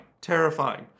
Terrifying